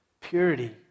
Purity